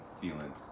feeling